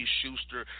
Schuster